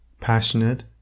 passionate